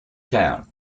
town